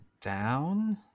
down